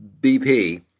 BP